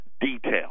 detail